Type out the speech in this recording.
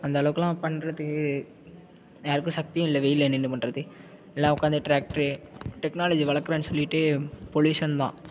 அந்த அளவுக்குலாம் பண்ணுறதுக்கு யாருக்கும் சக்தியும் இல்லை வெயிலில் நின்று பண்ணுறக்கு எல்லாம் உட்காந்து ட்ராக்ட்ரு டெக்னாலஜி வளர்க்குறேன்னு சொல்லிகிட்டு பொல்யூஷன் தான்